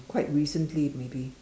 quite recently maybe